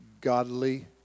godly